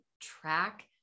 track